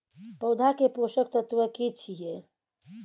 पौधा के पोषक तत्व की छिये?